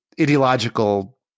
ideological